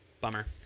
Bummer